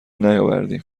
نیاوردیم